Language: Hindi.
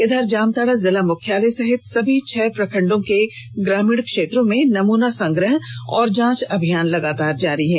इधर जामताड़ा जिला मुख्यालय सहित सभी छह प्रखंडों के ग्रामीण क्षेत्रों में नमूना संग्रह और जांच अभियान लगातार जारी है